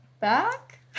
back